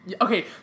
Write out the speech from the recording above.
Okay